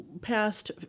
past